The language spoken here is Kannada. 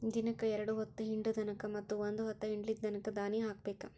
ದಿನಕ್ಕ ಎರ್ಡ್ ಹೊತ್ತ ಹಿಂಡು ದನಕ್ಕ ಮತ್ತ ಒಂದ ಹೊತ್ತ ಹಿಂಡಲಿದ ದನಕ್ಕ ದಾನಿ ಹಾಕಬೇಕ